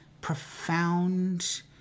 profound